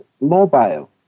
mobile